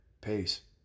Peace